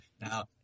Now